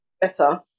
better